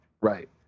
Right